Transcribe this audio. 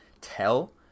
tell